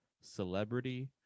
celebrity